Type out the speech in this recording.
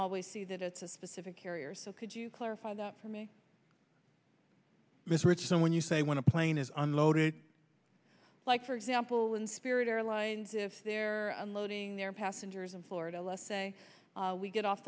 always see that it's a specific carrier so could you clarify that for me mr richardson when you say when a plane is unloaded like for example in spirit airlines if they're unloading their passengers in florida let's say we get off